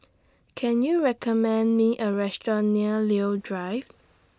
Can YOU recommend Me A Restaurant near Leo Drive